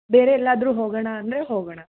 ಬೇರೆ ಎಲ್ಲಾದರೂ ಹೋಗೋಣ ಅಂದರೆ ಹೋಗೋಣ